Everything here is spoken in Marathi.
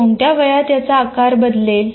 कोणत्या वयात याचा आकार बदलेल